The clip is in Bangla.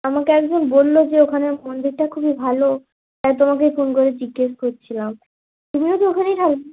আমাকে একজন বললো যে ওখানের মন্দিরটা খুবই ভালো তাই তোমাকেই ফোন করে জিজ্ঞেস করছিলাম তুমিও কি ওখানেই ঢাল